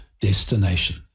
destination